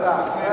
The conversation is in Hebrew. תודה.